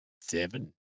Seven